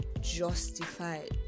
justified